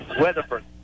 Weatherford